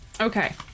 Okay